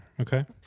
Okay